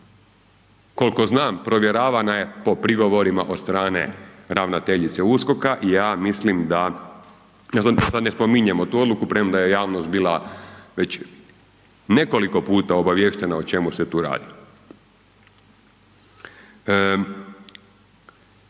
Koliko znam, provjeravana je po prigovorima od strane ravnateljice USKOK-a, ja mislim da, da sad ne spominjem tu odluku, premda je javnost bila već nekoliko puta obavještena o čemu se tu radi.